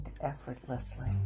effortlessly